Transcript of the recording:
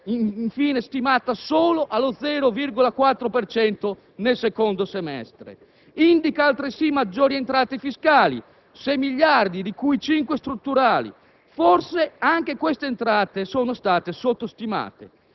infine stimata solo allo 0,4 per cento nel secondo semestre. Indica altresì maggiori entrate fiscali: 6 miliardi di euro, di cui 5 strutturali; forse anche queste entrate sono state sottostimate.